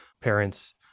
parents